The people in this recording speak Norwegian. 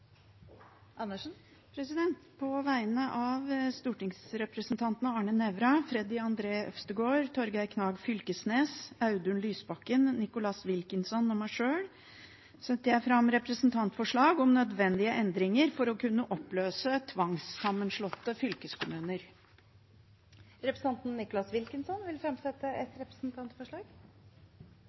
På vegne av stortingsrepresentantene Arne Nævra, Freddy André Øvstegård, Audun Lysbakken, Nicholas Wilkinson, Torgeir Knag Fylkesnes og meg sjøl setter jeg fram representantforslag om nødvendige endringer for å kunne oppløse tvangssammenslåtte fylkeskommuner. Representanten Nicholas Wilkinson vil fremsette et representantforslag.